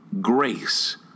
grace